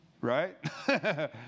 Right